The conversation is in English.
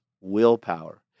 willpower